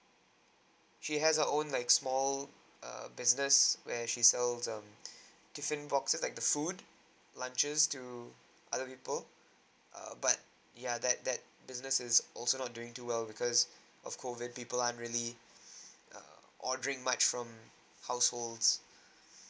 she has her own like small err business where she sells um different boxes like the food lunches to other people uh but ya that that businesses also not doing too well because of COVID people aren't really uh ordering much from households